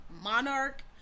monarch